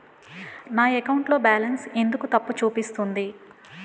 నా అకౌంట్ లో బాలన్స్ ఎందుకు తప్పు చూపిస్తుంది?